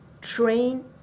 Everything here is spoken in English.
train